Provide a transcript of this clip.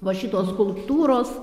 va šitos skulptūros